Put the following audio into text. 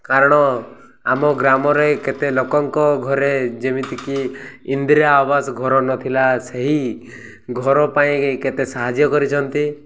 କାରଣ ଆମ ଗ୍ରାମରେ କେତେ ଲୋକଙ୍କ ଘରେ ଯେମିତିକି ଇନ୍ଦିରା ଆବାସ ଘର ନଥିଲା ସେହି ଘର ପାଇଁ କେତେ ସାହାଯ୍ୟ କରିଛନ୍ତି